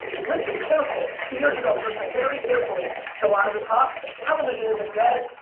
listen carefully. two years ago, i was listening very carefully to a lot of the talks. television isn't dead.